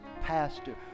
pastor